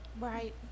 Right